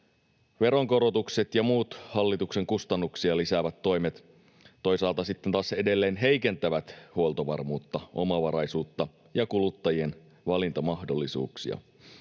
Veronkorotukset ja muut hallituksen kustannuksia lisäävät toimet toisaalta sitten taas edelleen heikentävät huoltovarmuutta, omavaraisuutta ja kuluttajien valintamahdollisuuksia.